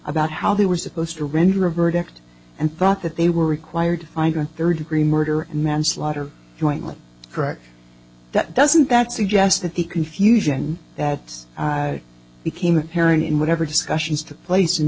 about how they were supposed to render a verdict and thought that they were required third degree murder and manslaughter jointly correct that doesn't that suggest that the confusion that became apparent in whatever discussions took place in